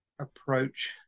approach